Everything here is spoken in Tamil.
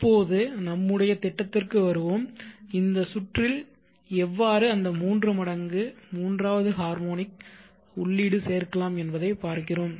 இப்போது நம்முடைய திட்டத்துக்கு வருவோம் இந்த சுற்றில் எவ்வாறு அந்த மூன்று மடங்கு மூன்றாவது ஹார்மோனிக் உள்ளீட்டு சேர்க்கலாம் என்பதை பார்க்கிறோம்